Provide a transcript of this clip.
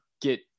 get